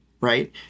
right